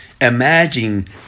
Imagine